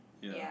ya